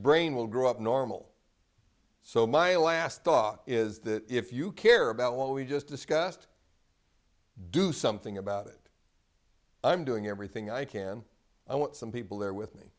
brain will grow up normal so my last thought is that if you care about what we just discussed do something about it i'm doing everything i can i want some people there with me